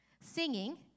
singing